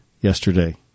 yesterday